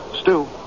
Stu